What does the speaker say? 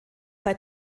bei